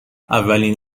اولین